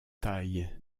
taille